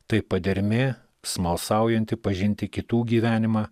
tai padermė smalsaujanti pažinti kitų gyvenimą